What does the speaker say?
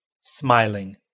smiling